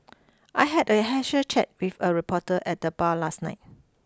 I had a casual chat with a reporter at the bar last night